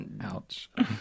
Ouch